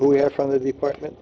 who have from the department